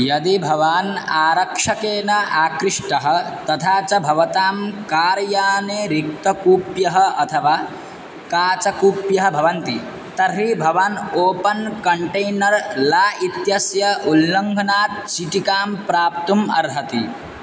यदि भवान् आरक्षकेन आकृष्टः तथा च भवतां कार्याने रिक्तकूप्यः अथवा काचकूप्यः भवन्ति तर्हि भवान् ओपन् कण्टैनर् ला इत्यस्य उल्लङ्घनात् चीटिकां प्राप्तुम् अर्हति